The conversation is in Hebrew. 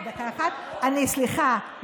סליחה,